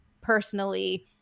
personally